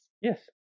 Yes